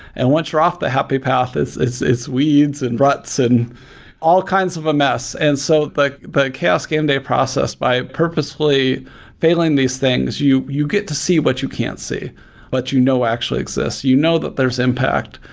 and once you're off the happy path, it's it's weeds, and ruts, and all kinds of a mess. and so the the chaos game day process, by purposely failing these things, you you get to see what you can't see but you know actually exist. you know that there's impact.